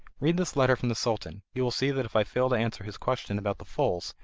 read this letter from the sultan you will see that if i fail to answer his question about the foals,